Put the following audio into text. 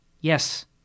Yes